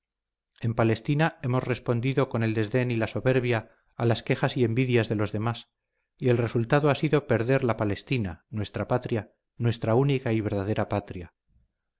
en palestina hemos respondido con el desdén y la soberbia a las quejas y envidia de los demás y el resultado ha sido perder la palestina nuestra patria nuestra única y verdadera patria